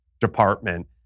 department